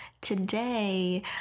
today